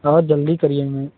और जल्दी करिए मैम